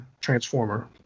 transformer